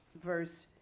verse